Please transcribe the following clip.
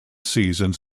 seasons